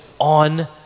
on